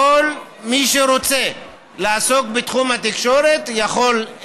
כל מי שרוצה לעסוק בתחום התקשורת יכול,